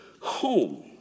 home